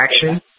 action